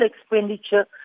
expenditure